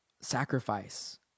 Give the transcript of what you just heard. sacrifice